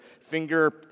finger